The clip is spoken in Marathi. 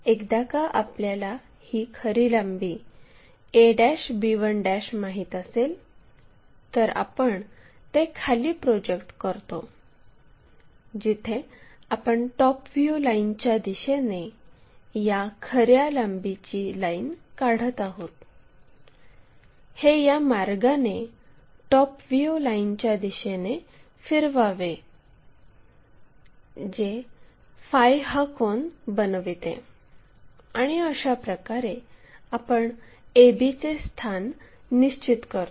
एकदा का आपल्याला ही खरी लांबी ab1 माहित असेल तर आपण ते खाली प्रोजेक्ट करतो जिथे आपण टॉप व्ह्यू लाईनच्या दिशेने या खऱ्या लांबीची लाईन काढत आहोत हे या मार्गाने टॉप व्ह्यू लाईनच्या दिशेने फिरवावे जे फाय हा कोन बनवते आणि अशाप्रकारे आपण ab चे स्थान निश्चित करतो